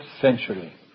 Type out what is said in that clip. century